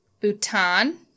Bhutan